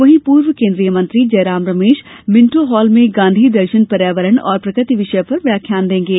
वहीं पूर्व केन्द्रीय मंत्री जयराम रमेश मिन्टो हॉल में गाँधी दर्शन पर्यावरण और प्रकृति विषय पर व्याख्यान देंगे